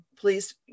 Please